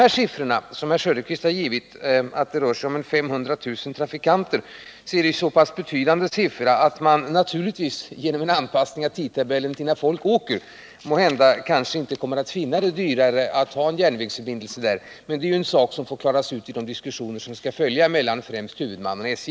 Om det nu är så, som herr Söderqvist angivit, att det rör sig om 500 000 resor per år, gäller det ett så pass betydande antal att man efter en anpassning av tidtabellen till folks önskemål kanske inte kommer att finna det dyrare att ha en järnvägsförbindelse. Men det är en fråga som får klaras ut i de diskussioner som skall följa mellan främst huvudmannen och SJ.